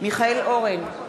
מיכאל אורן,